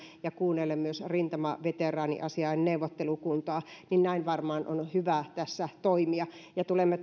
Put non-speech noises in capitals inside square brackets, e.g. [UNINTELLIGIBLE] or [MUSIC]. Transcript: ja kuunnellen myös rintamaveteraaniasiain neuvottelukuntaa ja näin varmaan on hyvä tässä toimia tulemme [UNINTELLIGIBLE]